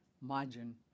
margin